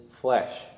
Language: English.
flesh